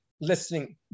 listening